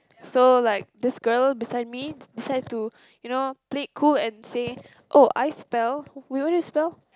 so like this girl beside me decide to you know play it cool and say oh I spell wait what did you spell